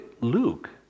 Luke